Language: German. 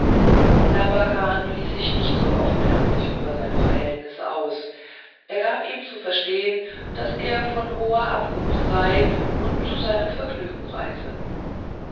labakan ließ sich nicht so offenherzig über seine verhältnisse aus er gab ihm zu verstehen daß er von hoher abkunft sei und zu seinem vergnügen reise